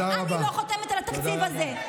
אני לא חותמת על התקציב הזה.